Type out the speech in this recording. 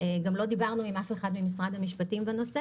גם לא דיברנו עם אף אחד ממשרד המשפטים בנושא